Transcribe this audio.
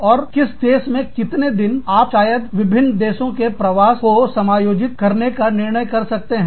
और किस देश में कितने दिन आप शायद विभिन्न देशों में प्रवास को समायोजित करने का निर्णय कर सकते हैं